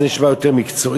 אז זה נשמע יותר מקצועי,